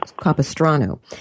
Capistrano